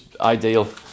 ideal